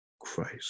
Christ